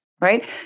right